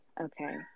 Okay